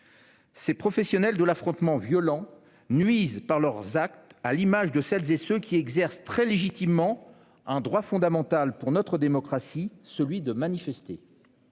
ces professionnels de l'affrontement violent nuisent à l'image de celles et ceux qui exercent très légitimement un droit fondamental de notre démocratie, celui de manifester.